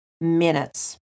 minutes